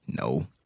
No